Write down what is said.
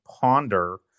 ponder